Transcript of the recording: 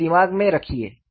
उसे दिमाग़ में रखो